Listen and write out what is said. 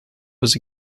was